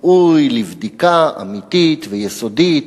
ראוי לבדיקה אמיתית ויסודית,